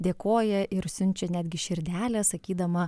dėkoja ir siunčia netgi širdeles sakydama